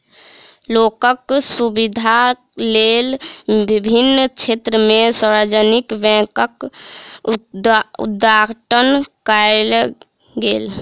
लोकक सुविधाक लेल विभिन्न क्षेत्र में सार्वजानिक बैंकक उद्घाटन कयल गेल